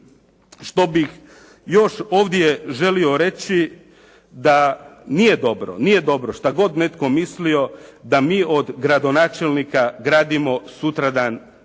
što bih još ovdje želio reći da nije dobro, nije dobro što god netko mislio da mi od gradonačelnika gradimo sutradan